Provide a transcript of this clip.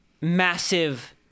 massive